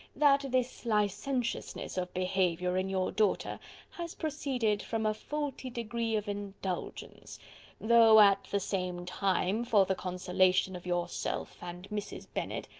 that this licentiousness of behaviour in your daughter has proceeded from a faulty degree of indulgence though, at the same time, for the consolation of yourself and mrs. bennet,